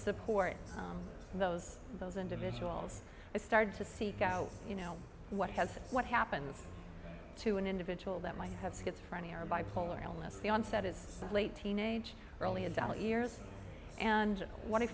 support those those individuals i started to seek out you know what has what happened to an individual that might have schizophrenia or bipolar illness the onset is late teenage early adult years and what i